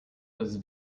was